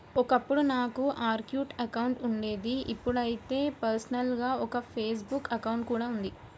ఒకప్పుడు నాకు Orkut account ఉండేది ఇప్పుడైతే పర్సనల్ గా ఒక ఫేస్ బుక్ అకౌంట్ కూడా ఉంది